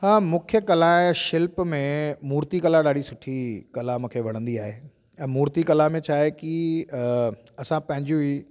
हा मूंखे कला ए शिल्प में मूर्ति कला ॾाढी सुठी कला मूंखे वणंदी आहे ऐं मूर्ति कला में छा आहे की असां पंहिंजूं ई